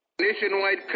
Nationwide